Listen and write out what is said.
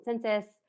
census